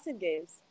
Games